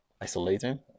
Isolating